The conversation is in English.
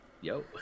Yo